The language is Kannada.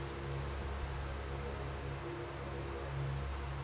ಸರಕಾರಿ ಗೊಬ್ಬರದಾಗ ಯಾವ ಅಂಶ ಇರತೈತ್ರಿ?